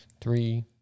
three